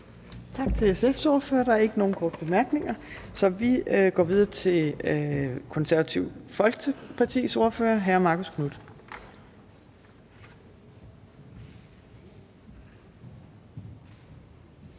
Tak til SF's ordfører. Der er ikke nogen korte bemærkninger, så vi går videre til Konservative Folkepartis ordfører, hr. Marcus Knuth.